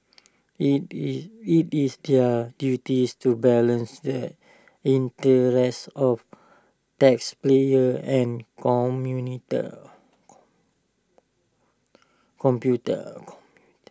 IT is IT is their duties to balance the interests of taxpayers and computer